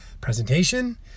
presentation